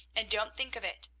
and don't think of it.